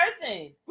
person